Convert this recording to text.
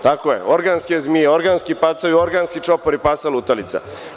Tako je, organske zmije, organski pacovi, organski čopori pasa lutalica.